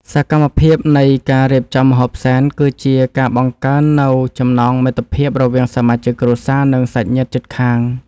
សកម្មភាពនៃការរៀបចំម្ហូបសែន គឺជាការបង្កើននូវចំណងមិត្តភាពរវាងសមាជិកគ្រួសារ និងសាច់ញាតិជិតខាង។